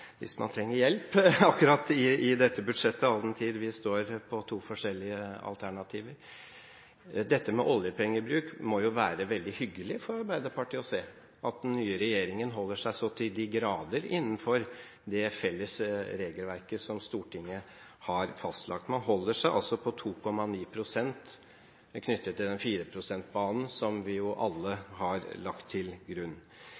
hvis man trenger hjelp akkurat i dette budsjettet, all den tid vi står for to forskjellige alternativer. Dette med oljepengebruk må være veldig hyggelig for Arbeiderpartiet å se – at den nye regjeringen holder seg så til de grader innenfor det felles regelverket som Stortinget har fastlagt. Man holder seg altså på 2,9 pst. knyttet til den 4 pst.-banen som vi alle har lagt til grunn.